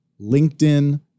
LinkedIn